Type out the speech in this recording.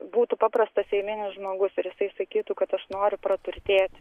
būtų paprastas eilinis žmogus ir jisai sakytų kad aš noriu praturtėti